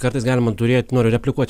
kartais galima turėt noriu replikuot